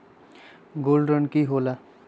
Gold ऋण की होला?